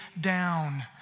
down